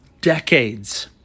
decades